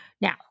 Now